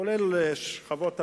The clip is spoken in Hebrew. כולל שכבות הביניים,